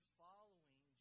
following